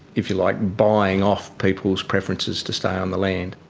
if you like, buying off people's preferences to stay on the land.